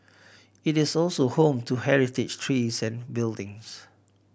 it is also home to heritage trees and buildings